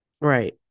right